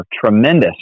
tremendous